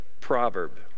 proverb